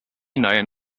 known